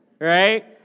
Right